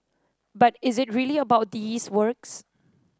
but is it really about these works